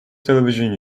television